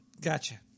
Gotcha